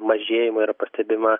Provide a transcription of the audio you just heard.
mažėjimo yra pastebima